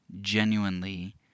genuinely